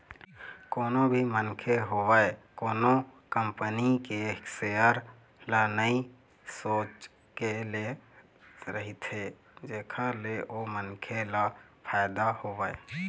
कोनो भी मनखे होवय कोनो कंपनी के सेयर ल इही सोच के ले रहिथे जेखर ले ओ मनखे ल फायदा होवय